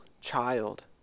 child